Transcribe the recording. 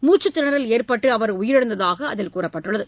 மூச்சுத் திணறல் ஏற்பட்டு உயிரிழந்ததாக அதில் கூறப்பட்டுள்ளது